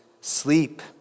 sleep